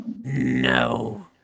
No